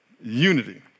unity